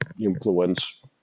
influence